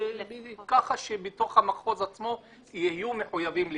ככה שבתוך המחוז עצמו יהיו מחויבים לקבל.